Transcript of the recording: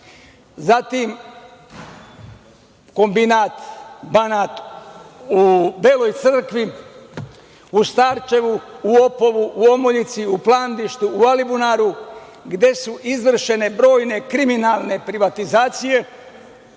zatim Kombinat „Banat“ u Beloj Crkvi, u Starčevu, u Opovu, u Omoljici, u Plandištu, u Alibunaru gde su izvršene brojne kriminalne privatizacije. Vezano